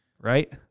right